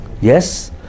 Yes